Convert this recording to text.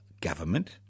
government